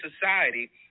society